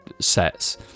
sets